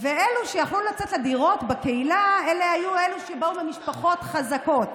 ואלו שיכלו לצאת לדירות בקהילה היו אלו שבאו ממשפחות חזקות.